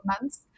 months